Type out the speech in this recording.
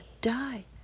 die